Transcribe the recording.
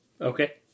Okay